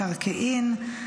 מקרקעין,